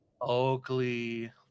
Oakley